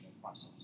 process